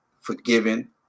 forgiven